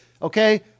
Okay